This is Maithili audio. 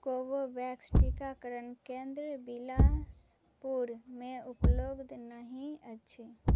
कोर्बोवैक्स टीकाकरण केन्द्र बिलासपुरमे उपलब्ध नहि अछि